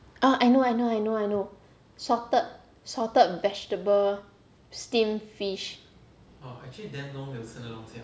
orh I know I know I know I know salted salted vegetable steamed fish